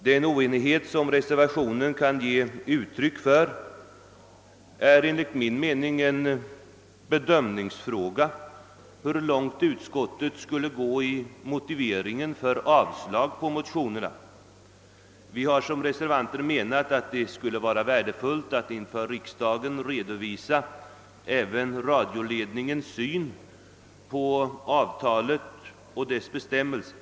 Den oenighet som reservationen kan ge uttryck för gäller enligt min mening den bedömningsfrågan hur långt utskottet skulle gå i motiveringen för avslag på motionerna. Vi reservanter har ansett att det skulle vara värdefullt att inför riksdagen redovisa även radioledningens syn på avtalet och dess bestämmelser.